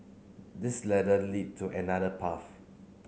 this ladder lead to another path